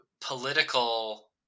political –